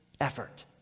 effort